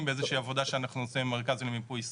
באיזושהי עבודה שאנחנו נעשה עם המרכז למיפוי ישראל.